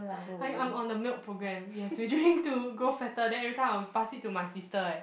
I I'm on the milk program you have to drink to grow fatter then everytime I'll pass it to my sister eh